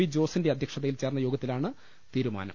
V ജോസിന്റെ അധ്യക്ഷതയിൽ ചേർന്ന യോഗത്തിലാണ് തീരുമാനം